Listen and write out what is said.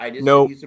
No